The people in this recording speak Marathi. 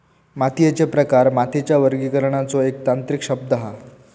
मातीयेचे प्रकार मातीच्या वर्गीकरणाचो एक तांत्रिक शब्द हा